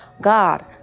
God